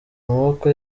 amaboko